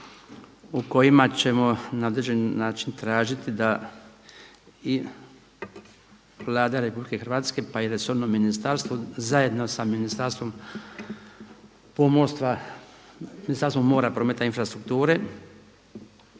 u kojima ćemo na određeni način tražiti da i Vlada RH pa i resorno ministarstvo zajedno sa Ministarstvom mora, prometa i infrastrukture